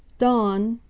dawn!